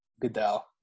Goodell